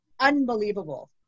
unbelievable